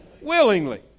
willingly